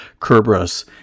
Kerberos